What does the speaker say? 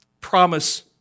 promise